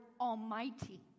Almighty